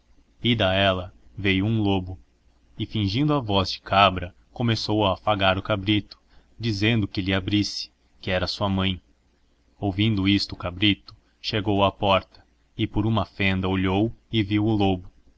ida ella veio hum lobo fingindo a voz de cabra come ff fabutas ífou a aâàgar o cabrito dizendo qtit he abrisse que era sua mãl ouvindp isto q cabrito chegou rá porta t por hyma fenda oljiou e vio o lobo